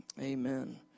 Amen